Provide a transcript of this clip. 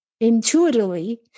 intuitively